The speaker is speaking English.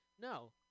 no